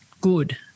good